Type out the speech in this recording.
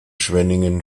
schwenningen